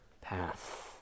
path